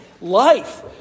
life